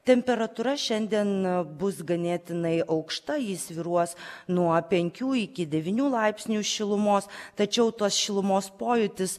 temperatūra šiandien bus ganėtinai aukšta ji svyruos nuo penkių iki devynių laipsnių šilumos tačiau tos šilumos pojūtis